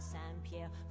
Saint-Pierre